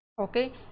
Okay